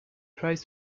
tries